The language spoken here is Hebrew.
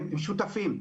הם שותפים.